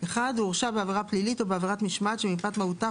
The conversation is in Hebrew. (1) הוא הורשע בעבירה פלילית או בעבירת משמעת שמפאת מהותה,